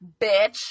bitch